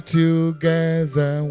together